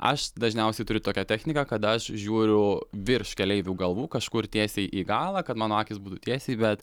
aš dažniausiai turiu tokią techniką kada aš žiūriu virš keleivių galvų kažkur tiesiai į galą kad mano akys būtų tiesiai bet